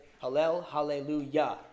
hallelujah